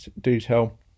detail